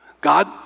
God